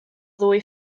ddwy